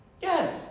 Yes